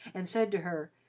and said to her,